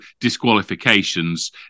disqualifications